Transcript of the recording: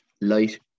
Light